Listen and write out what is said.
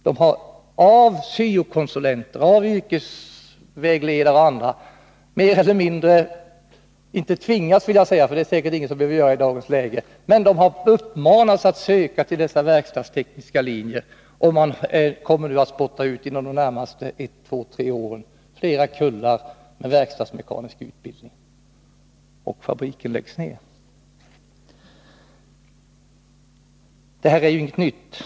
De har av syo-konsulenter, yrkesvägledare och andra mer eller mindre uppmanats — jag skall inte säga tvingats, för det är säkert ingen som behöver bli tvingad i dagens läge — att söka till dessa verkstadstekniska linjer som under de närmaste ett, två eller tre åren kommer att spotta ut flera kullar med verkstadsmekanisk utbildning, och fabriker läggs ned. Detta är inget nytt.